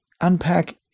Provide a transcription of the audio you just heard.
unpack